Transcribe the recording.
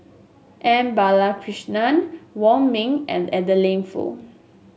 M Balakrishnan Wong Ming and Adeline Foo